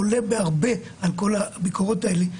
עולה בהרבה על כל הביקורות האלה.